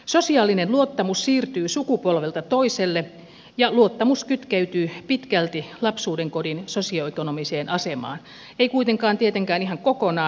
sosiaalinen luottamus siirtyy sukupolvelta toiselle ja luottamus kytkeytyy pitkälti lapsuudenkodin sosioekonomiseen asemaan ei kuitenkaan tietenkään ihan kokonaan